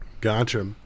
gotcha